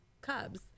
cubs